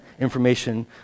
information